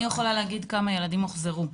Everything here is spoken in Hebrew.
אני יכולה להגיד כמה ילדים הוחזרו.